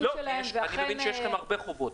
שלהם -- אני מבין שיש לכם הרבה חובות,